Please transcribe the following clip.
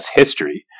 history